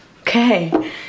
Okay